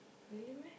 really meh